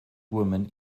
woman